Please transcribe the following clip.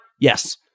Yes